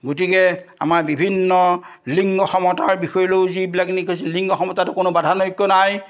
গতিকে আমাৰ বিভিন্ন লিংগ সমতাৰ বিষয় লৈও যিবিলাক নেকি লিংগ সমতাত কোনো বাধানৈক্য নাই